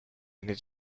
need